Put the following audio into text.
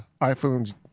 iPhones